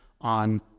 on